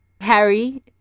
Harry